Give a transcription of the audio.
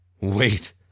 Wait